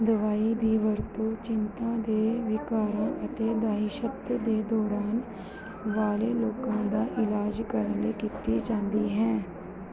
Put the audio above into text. ਦਵਾਈ ਦੀ ਵਰਤੋਂ ਚਿੰਤਾ ਦੇ ਵਿਕਾਰਾਂ ਅਤੇ ਦਹਿਸ਼ਤ ਦੇ ਦੌਰਿਆਂ ਵਾਲੇ ਲੋਕਾਂ ਦਾ ਇਲਾਜ ਕਰਨ ਲਈ ਕੀਤੀ ਜਾਂਦੀ ਹੈ